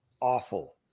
awful